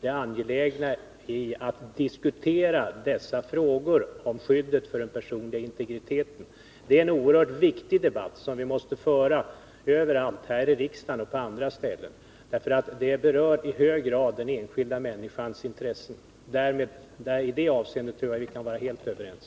det angelägna i att diskutera dessa frågor om skydd för den personliga integriteten. Det är en oerhört viktig debatt som vi måste föra överallt, här i riksdagen och på andra ställen. Det gäller i hög grad enskilda människors intressen. I det avseendet tror jag att vi kan vara helt överens.